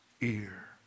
ear